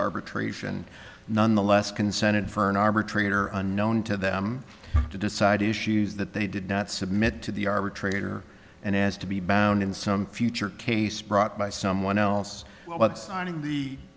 arbitration nonetheless consented for an arbitrator unknown to them to decide issues that they did not submit to the arbitrator and as to be bound in some future case brought by someone else about signing the